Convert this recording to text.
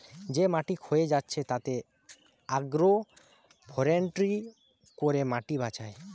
যে মাটি ক্ষয়ে যাচ্ছে তাতে আগ্রো ফরেষ্ট্রী করে মাটি বাঁচায়